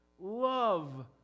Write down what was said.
Love